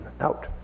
out